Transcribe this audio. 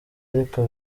ariko